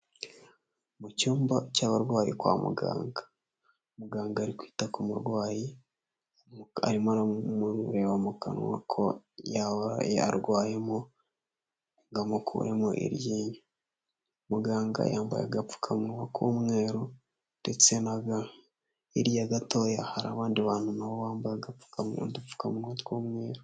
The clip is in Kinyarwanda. Mu cyumba cy'abarwayi kwa muganga, muganga ari kwita ku murwayi arimo aramureba mu kanwa ko yaba yarwayemo ngo amukuremo iryinyo, muganga yambaye agapfukamunwa k'umweru ndetse na ga, hirya gatoya hari abandi bantu na bo wambaye agapfukamu udupfukamunwa tw'umweru.